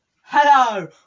Hello